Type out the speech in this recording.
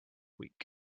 week